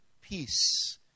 peace